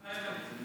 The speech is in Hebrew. מתחייב אני.